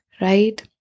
right